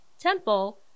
temple